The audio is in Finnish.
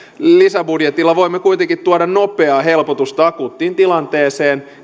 lisäbudjetilla voimme kuitenkin tuoda nopeaa helpotusta akuuttiin tilanteeseen